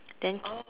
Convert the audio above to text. then k~